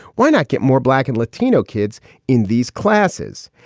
why not get more black and latino kids in these classes?